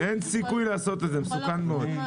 אין סיכוי לעשות את זה, זה מסוכן מאוד.